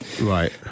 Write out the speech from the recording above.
right